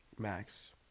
max